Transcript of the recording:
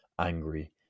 angry